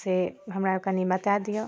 से हमरा कनि बता दिअऽ